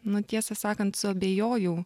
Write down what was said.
nu tiesą sakant suabejojau